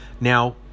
Now